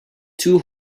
two